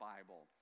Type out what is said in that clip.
Bible